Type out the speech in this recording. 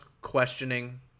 questioning